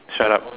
shut up